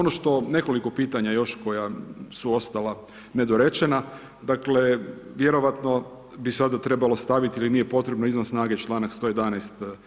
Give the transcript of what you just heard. Nekoliko pitanja još koja su ostala nedorečena, dakle vjerojatno bi sada trebalo staviti ili nije potrebno izvan snage članak 111.